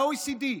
מה-OECD.